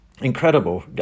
incredible